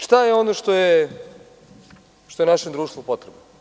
Šta je ono što je našem društvu potrebno?